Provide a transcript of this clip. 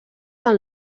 del